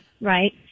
Right